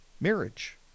marriage